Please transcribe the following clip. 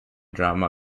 drama